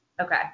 Okay